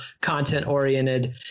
content-oriented